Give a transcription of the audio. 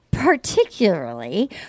particularly